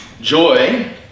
Joy